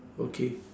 okay